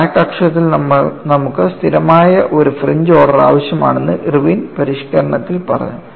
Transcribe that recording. crack അക്ഷത്തിൽ നമുക്ക് സ്ഥിരമായ ഒരു ഫ്രിഞ്ച് ഓർഡർ ആവശ്യമാണെന്ന് ഇർവിൻ പരിഷ്കരണത്തിൽ പറഞ്ഞു